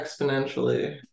exponentially